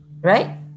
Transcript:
right